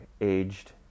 aged